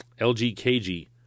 LGKG